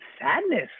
sadness